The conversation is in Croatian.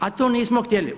A to nismo htjeli.